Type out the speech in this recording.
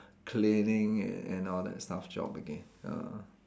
cleaning and and all that stuff job again ya